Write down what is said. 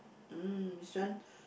mm this one